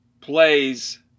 plays